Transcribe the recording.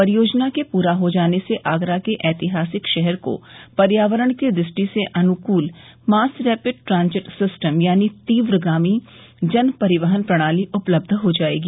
परियोजना के प्रा हो जाने से आगरा के एतिहासिक शहर को पर्यावरण की दृष्टि से अनुकूल मास रैपिड ट्रांजिट सिस्टम यानी तीव्रगामी जन परिवहन प्रणाली उपलब्ध हो जाएगी